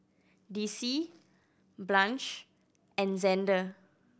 Dicie Blanche and Xander